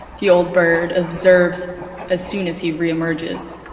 the old bird observes as soon as he re-emerges.